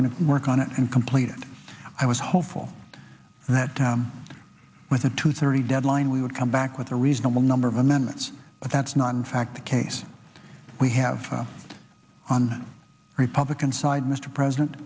going to work on it and complete it i was hopeful that with a two thirty deadline we would come back with a reasonable number of amendments but that's not in fact the case we have on republican side mr president